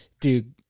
Dude